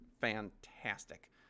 fantastic